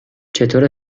چطوره